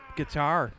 guitar